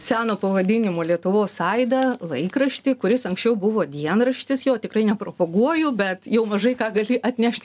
seno pavadinimo lietuvos aidą laikraštį kuris anksčiau buvo dienraštis tikrai nepropaguoju bet jau mažai ką gali atnešt